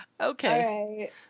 Okay